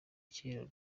kera